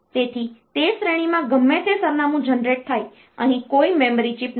તેથી તે શ્રેણીમાં ગમે તે સરનામું જનરેટ થાય અહીં કોઈ મેમરી ચિપ નથી